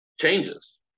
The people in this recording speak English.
changes